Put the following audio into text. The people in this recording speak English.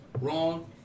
wrong